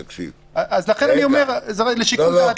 לכן אני אומר זה לשיקול דעתך.